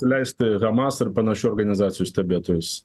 įleisti hamas ir panašių organizacijų stebėtojus